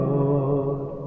Lord